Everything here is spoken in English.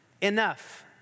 enough